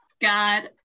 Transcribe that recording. God